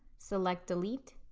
select delete,